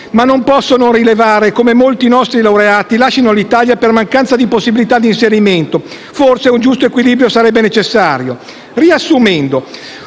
ma non posso non rilevare però come molti nostri laureati lascino l'Italia per mancanza di possibilità di inserimento. Forse un giusto equilibrio sarebbe necessario.